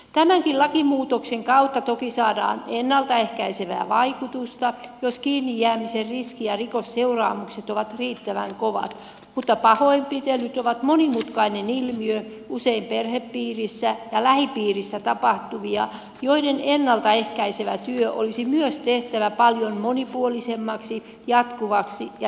tämänkin lakimuutoksen kautta toki saadaan ennalta ehkäisevää vaikutusta jos kiinnijäämisen riski ja rikosseuraamukset ovat riittävän kovat mutta pahoinpitelyt ovat monimutkainen ilmiö usein perhepiirissä ja lähipiirissä tapahtuvia joiden ennalta ehkäisevä työ olisi myös tehtävä paljon monipuolisemmaksi jatkuvaksi ja johdonmukaiseksi